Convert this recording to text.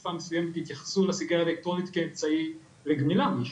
בתקופה מסוימת התייחסו לסיגריה האלקטרונית כאמצעי לגמילה מעישון.